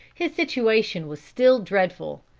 his situation was still dreadful.